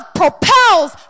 propels